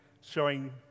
showing